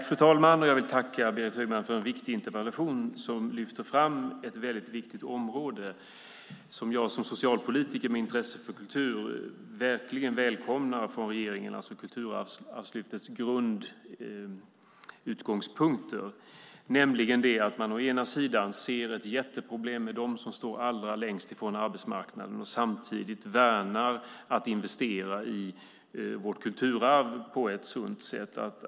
Fru talman! Jag vill tacka Berit Högman för en viktig interpellation. Den lyfter fram ett mycket viktigt område. Jag som socialpolitiker med intresse för kultur välkomnar verkligen Kulturarvslyftets grundutgångspunkter. Å ena sidan ser man ett jätteproblem med dem som står allra längst från arbetsmarknaden. Å andra sidan värnar man om att investera i vårt kulturarv på ett sunt sätt.